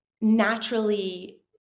naturally